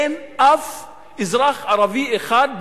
אין אף אזרח ערבי אחד,